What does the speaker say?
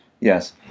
yes